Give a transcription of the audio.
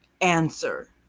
Answer